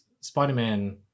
Spider-Man